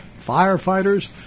firefighters